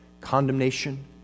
condemnation